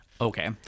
Okay